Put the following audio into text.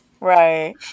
right